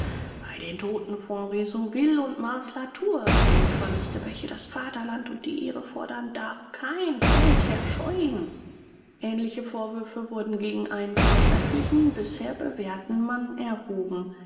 bei den toten von rezonville und mars la tour blutverluste welche das vaterland und die ehre fordern darf kein feldherr scheuen ähnliche vorwürfe wurden gegen einen vortrefflichen bisher bewährten mann erhoben